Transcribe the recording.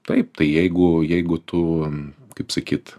taip tai jeigu jeigu tu kaip sakyt